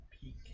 Peak